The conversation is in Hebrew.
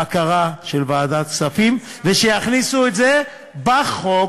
בקרה של ועדת כספים, ושיכניסו את זה בחוק.